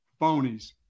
Phonies